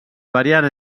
variant